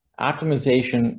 Optimization